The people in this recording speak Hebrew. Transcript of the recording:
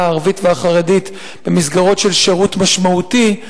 הערבית והחרדית במסגרות של שירות משמעותי,